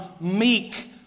meek